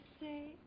say